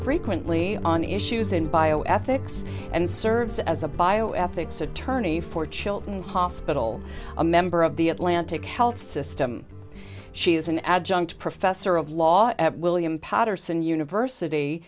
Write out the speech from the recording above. frequently on issues in bioethics and serves as a bioethics attorney for chilton hospital a member of the atlantic health system she is an adjunct professor of law at william patterson university